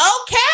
Okay